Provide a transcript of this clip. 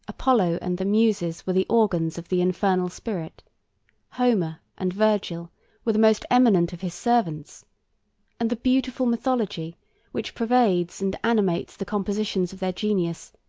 apollo and the muses were the organs of the infernal spirit homer and virgil were the most eminent of his servants and the beautiful mythology which pervades and animates the compositions of their genius,